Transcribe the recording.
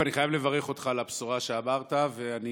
אני חייב לברך אותך על הבשורה שאמרת, ואני